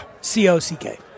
C-O-C-K